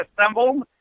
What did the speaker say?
assembled